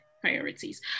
Priorities